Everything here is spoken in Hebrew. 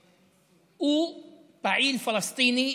בערבית: ארגון א-דמיר.) הוא פעיל פלסטיני,